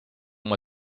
oma